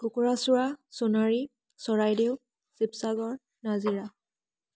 কুকুৰাচোৰা Sonari Charaideo Sivasagar Nazira